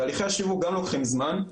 תהליכי השיווק גם לוקחים זמן,